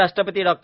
माजी राष्ट्रपती डॉ